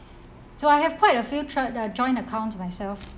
so I have quite a few tr~ uh joint accounts myself